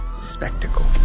spectacle